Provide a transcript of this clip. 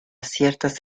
ciertas